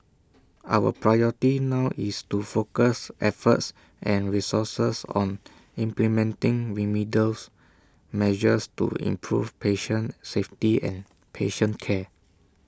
our priority now is to focus efforts and resources on implementing remedials measures to improve patient safety and patient care